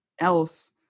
else